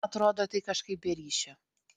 atrodo tai kažkaip be ryšio